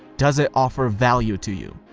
does it offer value to you?